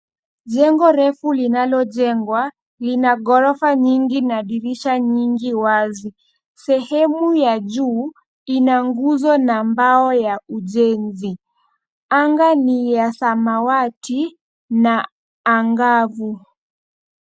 Jengo refu linalojengwa lina ghorofa nyingi na dirisha nyingi wazi. Sehemu ya juu ina nguzo na mbao ya ujenzi. Anga ni ya samawati na angavu.